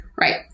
Right